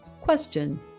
Question